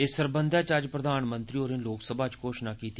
इस सरबंधा च अज्ज प्रधानमंत्री होरें लोकसभा च घोषणा कीती